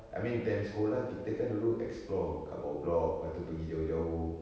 I mean time sekolah kita kan dulu explore kat bawah block lepas itu pergi jauh-jauh